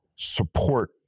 Support